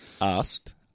asked